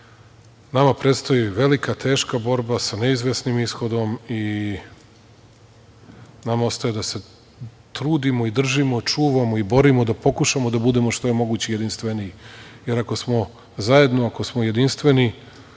nama predstoji velika, teška borba sa neizvesnim ishodom i nama ostaje da se trudimo, držimo, čuvamo i borimo da pokušamo da budemo što je moguće jedinstveniji, jer ako smo zajedno, ako smo jedinstveni,